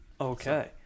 okay